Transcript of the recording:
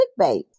clickbait